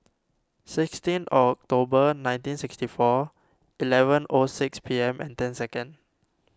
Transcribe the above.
sixteen October nineteen sixty four eleven O six P M and ten second